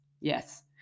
Yes